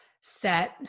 set